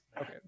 okay